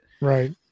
Right